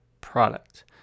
product